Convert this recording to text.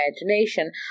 imagination